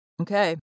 Okay